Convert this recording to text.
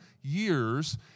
years